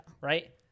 Right